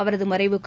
அவரதுமறைவுக்கு